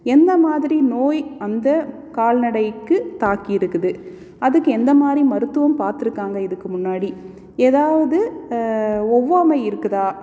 எந்த மாதிரி நோய் அந்த கால்நடைக்கு தாக்கியிருக்குது அதுக்கு எந்த மாதிரி மருத்துவம் பார்த்துருக்காங்க இதுக்கு முன்னாடி ஏதாவது ஒவ்வாமை இருக்குதா